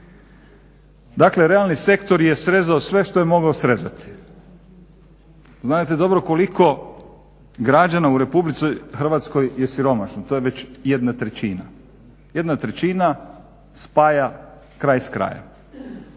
Dakle realni sektor je srezao sve što je mogao srezati. Znadete dobro koliko građana u RH je siromašno to je već 1/3, 1/3 spaja kraj s krajem,